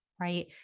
right